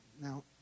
Now